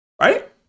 Right